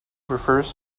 refers